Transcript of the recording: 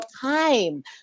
time